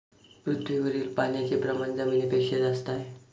पृथ्वीवरील पाण्याचे प्रमाण जमिनीपेक्षा जास्त आहे